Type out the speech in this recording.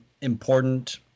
important